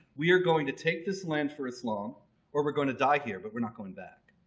we are going to take this land for islam or we're going to die here but we're not going back.